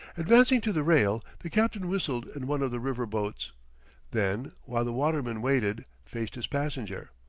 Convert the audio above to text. advancing to the rail, the captain whistled in one of the river-boats then, while the waterman waited, faced his passenger.